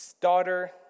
daughter